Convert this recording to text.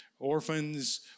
orphans